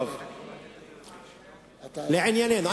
לענייננו.